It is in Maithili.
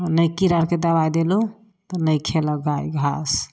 नै कीड़ा अरके दबाइ देलहुँ तऽ नहि खयलक गाय घास